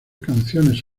canciones